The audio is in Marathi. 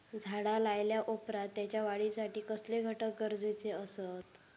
झाड लायल्या ओप्रात त्याच्या वाढीसाठी कसले घटक गरजेचे असत?